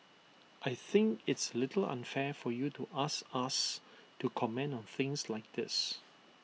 I think it's A little unfair for you to ask us to comment on things like this